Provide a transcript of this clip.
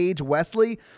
Wesley